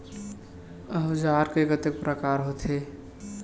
औजार के कतेक प्रकार होथे?